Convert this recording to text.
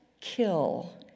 kill